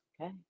Okay